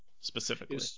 specifically